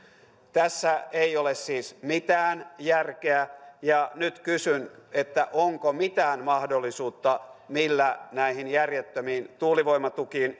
tässä ei ole siis mitään järkeä ja nyt kysyn onko mitään mahdollisuutta millä näihin järjettömiin tuulivoimatukiin